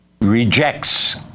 rejects